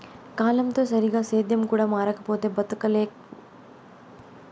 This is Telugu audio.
కాలంతో సరిగా సేద్యం కూడా మారకపోతే బతకలేమక్కో ఇంతనుకోబాకు